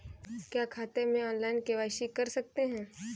क्या खाते में ऑनलाइन के.वाई.सी कर सकते हैं?